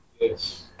Yes